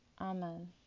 Amen